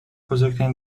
بزرگترین